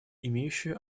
имеющие